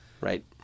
Right